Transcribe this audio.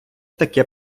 таке